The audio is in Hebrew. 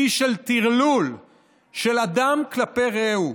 כלי של טרלול של אדם כלפי רעהו,